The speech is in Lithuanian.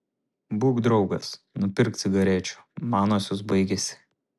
būk draugas nupirk cigarečių manosios baigėsi